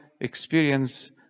experience